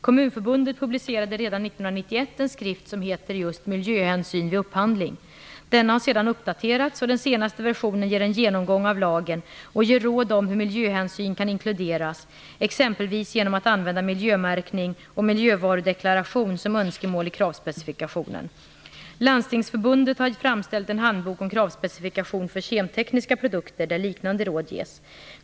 Kommunförbundet publicerade redan 1991 en skrift som heter just "Miljöhänsyn vid upphandling". Denna har sedan uppdaterats, och den senaste versionen ger en genomgång av lagen och ger råd om hur miljöhänsyn kan inkluderas, exempelvis genom att använda miljömärkning och miljövarudeklaration som önskemål i kravspecifikationen. Landstingsförbundet har framställt en handbok om kravspecifikation för kemtekniska produkter, där liknande råd ges.